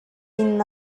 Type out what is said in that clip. inn